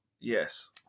yes